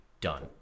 done